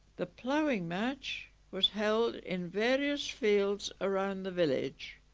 the ploughing match was held in various fields around the village